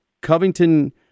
covington